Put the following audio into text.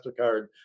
MasterCard